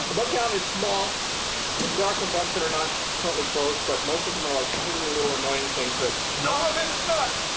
bug count is small there are some bugs that are not currently closed but most of them are like piddly little annoying things that some of its stuck!